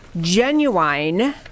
genuine